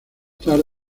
tarde